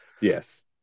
Yes